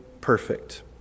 perfect